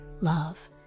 love